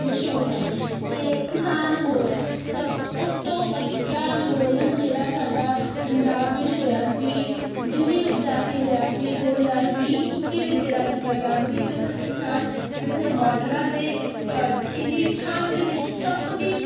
ਮਸ਼ਹੂਰ ਹਨ ਅਤੇ ਕਿਸਾਨ ਅੰਦੋਲਨ ਜਬ ਸਭ ਤੋਂ ਵੱਡਾ ਅੰਦੋਲਨ ਜਿਹੜਾ ਸਾਡਾ ਪੰਜਾਬ ਵਿੱਚ ਹੋਇਆ ਸੀ ਦਿੱਲੀ ਵਿੱਚ ਜਾ ਕੇ ਹੋਇਆ ਸੀ ਦੋ ਹਜ਼ਾਰ ਵੀਹ ਇੱਕੀ ਵਿੱਚ ਜਿਹੜਾ ਕੀਤਾ ਗਿਆ ਸੀ ਅਤੇ ਕਿਸਾਨ ਜਿੱਥੇ ਬਾਰਡਰਾਂ 'ਤੇ ਇੰਨੀ ਠੰਡ ਵਿੱਚ ਤਪਦੀ